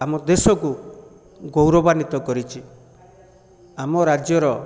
ଆମ ଦେଶକୁ ଗୌରବାନ୍ବିତ କରିଛି ଆମ ରାଜ୍ୟର